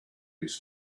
his